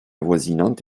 avoisinantes